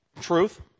truth